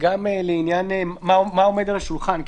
וגם לעניין מה עומד על השולחן,